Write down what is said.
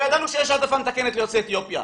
ידענו שיש העדפה מתקנת ליוצאי אתיופיה.